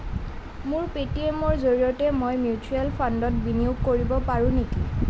মোৰ পে' টি এমৰ জৰিয়তে মই মিউচুৱেল ফাণ্ডত বিনিয়োগ কৰিব পাৰোঁ নেকি